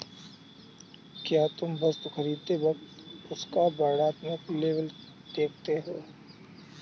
क्या तुम वस्तु खरीदते वक्त उसका वर्णात्मक लेबल देखते हो?